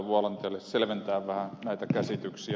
vuolanteelle selventää vähän näitä käsityksiä